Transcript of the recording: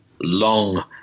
long